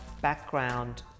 background